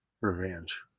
revenge